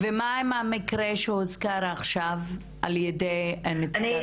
ומה עם המקרה שהוזכר עכשיו על-ידי נציגת